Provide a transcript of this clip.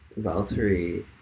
Valtteri